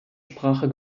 sprache